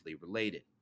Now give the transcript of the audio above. related